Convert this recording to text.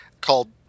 called